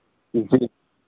जी